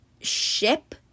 Ship